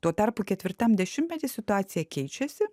tuo tarpu ketvirtam dešimtmety situacija keičiasi